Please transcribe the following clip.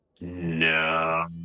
No